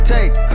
Take